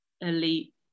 elite